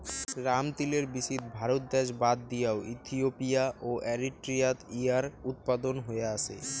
রামতিলের বীচিত ভারত দ্যাশ বাদ দিয়াও ইথিওপিয়া ও এরিট্রিয়াত ইঞার উৎপাদন হয়া আছে